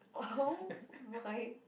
oh my